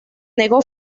negó